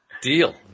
Deal